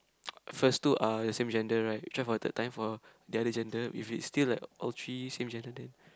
first two are the same gender right we try for the third time for the other gender if it's still like all three same gender then